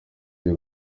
byo